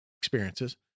experiences